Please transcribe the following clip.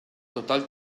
total